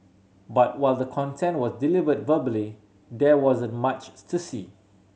but while the content was delivered verbally there wasn't much to see